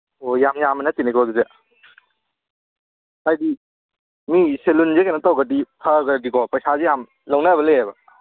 ꯑꯣ ꯌꯥꯝ ꯌꯥꯝꯕ ꯅꯠꯇꯦꯅꯦꯀꯣ ꯑꯗꯨꯗꯤ ꯍꯥꯏꯗꯤ ꯃꯤꯒꯤ ꯁꯦꯂꯨꯟꯁꯦ ꯀꯩꯅꯣ ꯇꯧꯒ꯭ꯔꯗꯤ ꯐꯒ꯭ꯔꯗꯤꯀꯣ ꯄꯩꯁꯥꯁꯦ ꯌꯥꯝ ꯂꯧꯅꯕ ꯂꯩꯌꯦꯕ